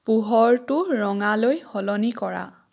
পোহৰটো ৰঙালৈ সলনি কৰা